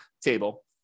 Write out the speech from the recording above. table